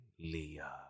Leah